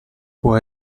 può